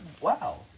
Wow